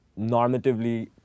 normatively